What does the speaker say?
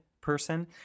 person